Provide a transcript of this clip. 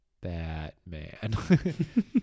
Batman